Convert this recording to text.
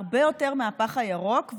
הרבה יותר מהפח הירוק.